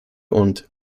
und